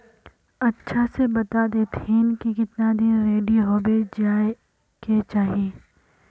अच्छा से बता देतहिन की कीतना दिन रेडी होबे जाय के चही?